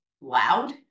loud